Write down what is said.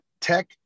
tech